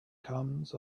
comes